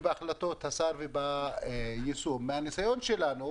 בהחלטותיו ובאופן היישום של החוק.